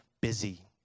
busy